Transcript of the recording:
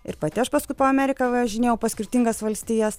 ir pati aš paskui po ameriką važinėjau po skirtingas valstijas